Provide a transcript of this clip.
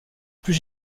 plus